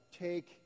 take